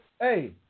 Hey